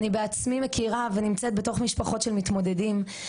אני בעצמי מכירה ונמצאת בתוך משפחות של מתמודדים.